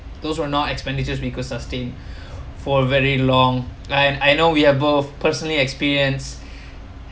those who are not expenditures we could sustain for very long and I know we are both personally experience